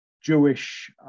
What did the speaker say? Jewish